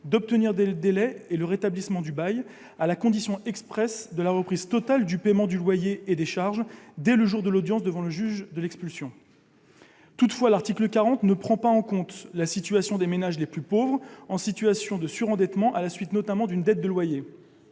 d'obtenir des délais et de rétablir le bail à la condition expresse de la reprise totale du paiement du loyer et des charges dès le jour de l'audience devant le juge de l'expulsion. Toutefois, l'article 40 ne prend pas en compte le cas des ménages les plus pauvres en situation de surendettement, notamment à la suite d'une dette de loyer.